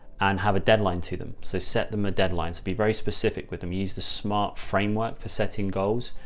and have a deadline to them. so set them a deadlines will be very specific with them. use the smart framework for setting goals.